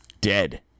dead